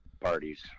parties